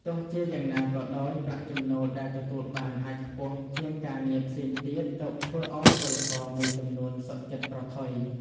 ទោះជាយ៉ាងណាក៏ដោយ ប្រាក់ចំណូលដែលទទួលបានអាចខ្ពស់ជាងការងារផ្សេងទៀត ទើបធ្វើឱ្យពលករមួយចំនួនសុខចិត្តប្រថុយ ។